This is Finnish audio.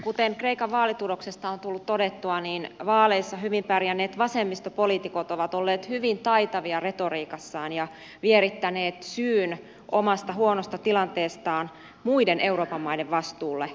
kuten kreikan vaalituloksesta on tullut todettua vaaleissa hyvin pärjänneet vasemmistopoliitikot ovat olleet hyvin taitavia retoriikassaan ja vierittäneet syyn omasta huonosta tilanteestaan muiden euroopan maiden vastuulle